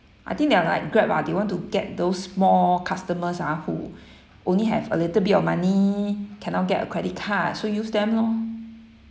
I think they are like Grab ah they want to get those more customers ah who only have a little bit of money cannot get a credit card so use them lor